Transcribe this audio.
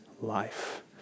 life